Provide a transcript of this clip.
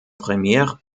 première